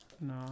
No